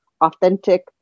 authentic